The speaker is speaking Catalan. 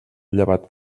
llevat